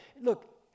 Look